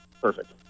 perfect